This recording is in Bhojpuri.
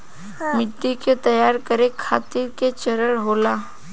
मिट्टी के तैयार करें खातिर के चरण होला?